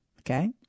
Okay